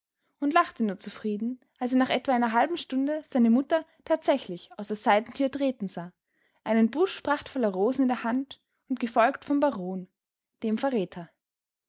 und lachte nur zufrieden als er nach etwa einer halben stunde seine mutter tatsächlich aus der seitentür treten sah einen busch prachtvoller rosen in der hand und gefolgt vom baron dem verräter